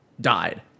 died